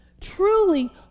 truly